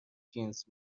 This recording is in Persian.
جنس